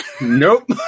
Nope